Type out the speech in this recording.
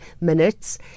minutes